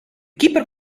keeper